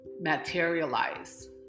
materialize